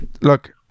Look